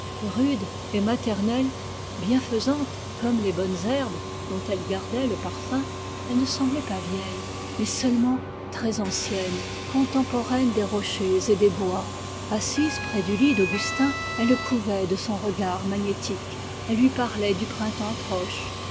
rude et maternelle bienfaisante comme les bonnes herbes dont elle gardait le parfum elle ne semblait pas vieille mais seulement très ancienne contemporaine des rochers et des bois assise près du lit d'augustin elle le couvait de son regard magnétique elle lui parlait du printemps proche